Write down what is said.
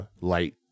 light